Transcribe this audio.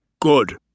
Good